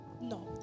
no